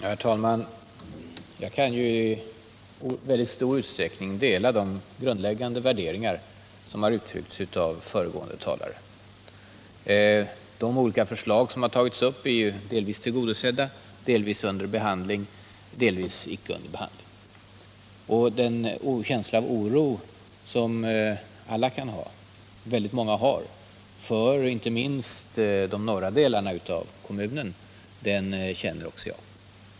Herr talman! Jag delar i mycket stor utsträckning de grundläggande värderingar som har uttryckts av föregående talare. De olika förslag som har tagits upp är delvis tillgodosedda, delvis under behandling, delvis icke under behandling. Den känsla av oro som väldigt många har för inte minst de norra delarna av länet känner också jag.